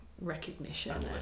recognition